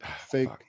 Fake